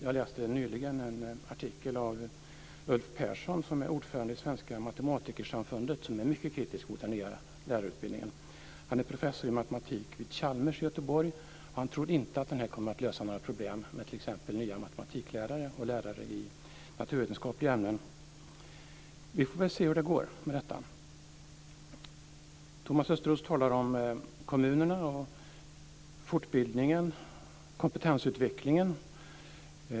Jag läste nyligen en artikel av Ulf Persson som är ordförande i Svenska matematikersamfundet och mycket kritisk till den nya lärarutbildningen. Han är professor i matematik vid Chalmers i Göteborg och han tror inte att det kommer att lösa några problem med t.ex. nya matematiklärare och lärare i naturvetenskapliga ämnen. Vi får väl se hur det går med detta. Thomas Östros talar om kommunerna, fortbildningen och kompetensutvecklingen.